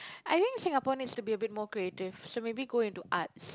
I think Singapore needs to be a bit more creative so maybe go in to arts